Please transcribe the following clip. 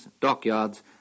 dockyards